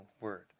word